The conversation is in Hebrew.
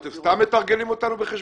אז אתם סתם מתרגלים אותנו בחשבון?